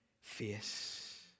face